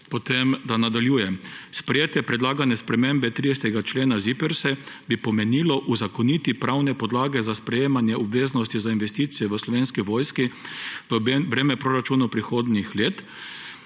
Ustavo. Naj nadaljujem. Sprejetje predlagane spremembe 30. člena ZIPRS-a bi pomenilo uzakoniti pravne podlage za sprejemanje obveznosti za investicije v Slovenski vojski v breme proračunov prihodnjih let